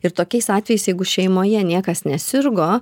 ir tokiais atvejais jeigu šeimoje niekas nesirgo